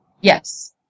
Yes